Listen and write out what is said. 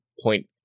point